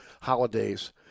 holidays